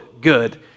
good